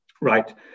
Right